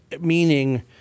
meaning